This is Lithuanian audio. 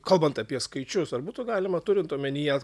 kalbant apie skaičius ar būtų galima turint omenyje